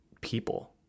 people